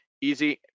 easy